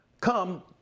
come